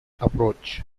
approach